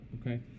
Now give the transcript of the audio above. Okay